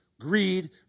greed